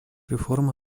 реформа